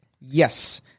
Yes